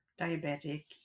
diabetic